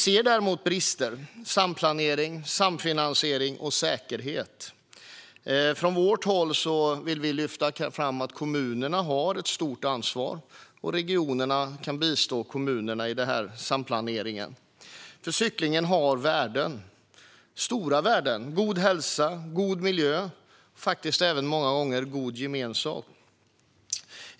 Däremot brister det i samplanering, samfinansiering och säkerhet. Vi från vårt håll vill lyfta fram att kommunerna har ett stort ansvar. Regionerna kan bistå kommunerna i samplaneringen. Cyklingen har stora värden: god hälsa, god miljö och många gånger även god gemenskap.